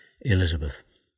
Elizabeth